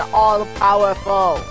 all-powerful